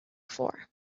before